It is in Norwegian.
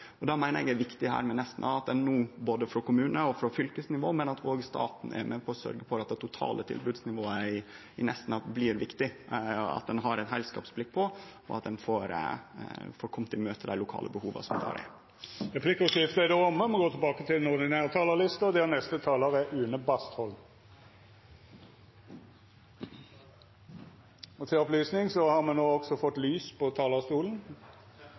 feil. Det meiner eg er viktig her med Nesna, at ein no både frå kommunar, frå fylkesnivå og frå staten si side er med på å sørgje for det totale tilbodsnivået i Nesna, at det blir viktig, at ein har eit heilskapsblikk på det, og at ein kjem dei lokale behova i møte. Replikkordskiftet er då omme. Til opplysning har me no også fått lys på talarstolen.